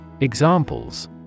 Examples